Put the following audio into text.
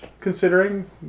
considering